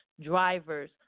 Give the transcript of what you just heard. drivers